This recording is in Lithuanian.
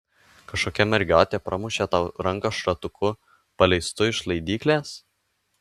kažkokia mergiotė pramušė tau ranką šratuku paleistu iš laidyklės